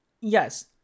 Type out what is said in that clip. Yes